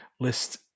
list